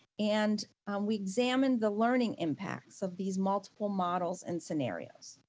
and we examined the learning impacts of these multiple models and scenarios.